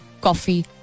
Coffee